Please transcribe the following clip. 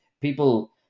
people